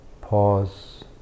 Pause